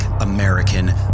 American